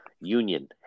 union